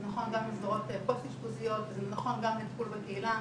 זה נכון גם למסגרות פוסט אשפוזיות וזה נכון גם לטיפול בקהילה,